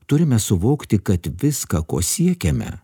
turime suvokti kad viską ko siekiame